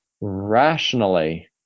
rationally